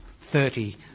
Thirty